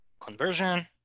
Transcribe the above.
conversion